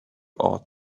ought